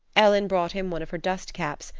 ellen brought him one of her dust-caps,